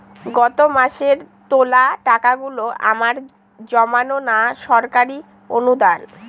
গত মাসের তোলা টাকাগুলো আমার জমানো না সরকারি অনুদান?